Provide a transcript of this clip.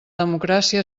democràcia